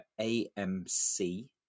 AMC